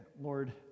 lord